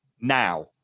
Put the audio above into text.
now